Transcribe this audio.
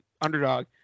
Underdog